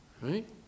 Right